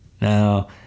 Now